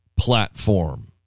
platform